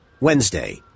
Wednesday